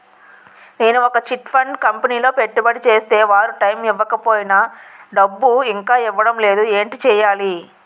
నేను ఒక chit fund కంపెనీలో పెట్టుబడి చేస్తే వారు టైమ్ ఇవ్వకపోయినా డబ్బు ఇంకా ఇవ్వడం లేదు ఏంటి చేయాలి?